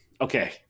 Okay